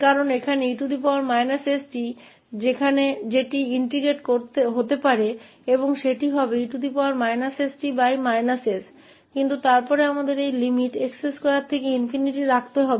क्योंकि यहां e st जिसे एकीकृत किया जा सकता है और वह e sT s होगा लेकिन फिर हमें इन सीमाओं को x2 से ∞ तक रखना होगा